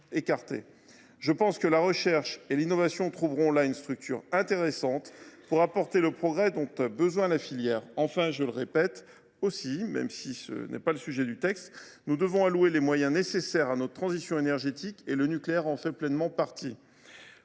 Je pense que la recherche et l’innovation trouveront là une structure intéressante pour apporter le progrès dont a besoin la filière. Enfin, je le répète aussi, même si ce n’est pas le sujet du texte, nous devons consacrer les moyens nécessaires à notre transition énergétique ; le nucléaire en fait pleinement partie.